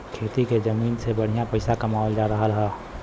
खेती के जमीन से बढ़िया पइसा कमावल जा रहल हौ